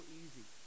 easy